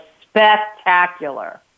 spectacular